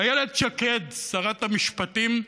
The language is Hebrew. איילת שקד, שרת המשפטים,